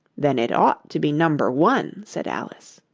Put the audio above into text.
then it ought to be number one said alice.